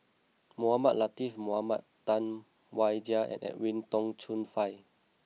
Mohamed Latiff Mohamed Tam Wai Jia and Edwin Tong Chun Fai